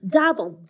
double